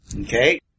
Okay